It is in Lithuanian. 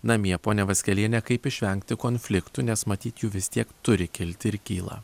namie ponia vaskelienė kaip išvengti konfliktų nes matyt jų vis tiek turi kilti ir kyla